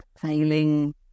failing